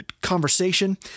conversation